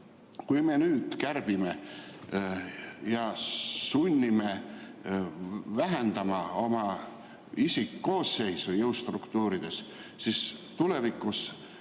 Kui me nüüd kärbime ja sunnime vähendama isikkoosseisu jõustruktuurides, siis tulevikus